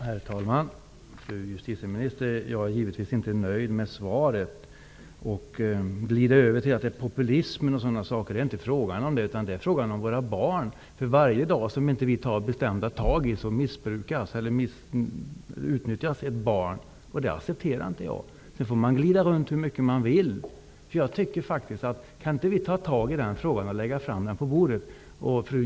Herr talman! Fru justitieminister! Jag är givetvis inte nöjd med svaret. Justitieministern glider över till att det är fråga om populism, men det är det inte. Det är fråga om våra barn. För varje dag som vi inte tar bestämda tag missbrukas eller utnyttjas ett barn. Jag accepterar inte det. Sedan får man glida runt hur mycket man vill.